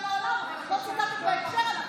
מיכל שיר סגמן, בבקשה.